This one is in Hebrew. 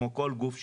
כמו כל גוף שלטוני,